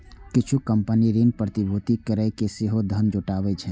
किछु कंपनी ऋण प्रतिभूति कैरके सेहो धन जुटाबै छै